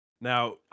Now